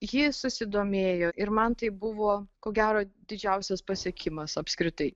ji susidomėjo ir man tai buvo ko gero didžiausias pasiekimas apskritai